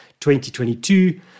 2022